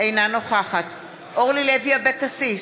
אינה נוכחת אורלי לוי אבקסיס,